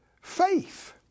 faith